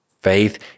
Faith